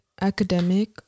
academic